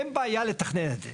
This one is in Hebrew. אין בעיה לתכנן את זה.